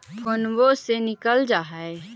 फोनवो से निकल जा है?